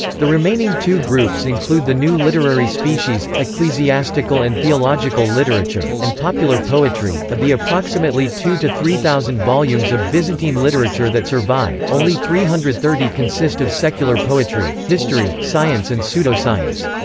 the remaining two groups include the new literary species ecclesiastical and theological literature, and popular poetry of the approximately two to three thousand volumes of byzantine literature that survive, only three hundred and thirty consist of secular poetry, history, science and pseudo-science.